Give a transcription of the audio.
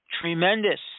tremendous